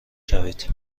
شوید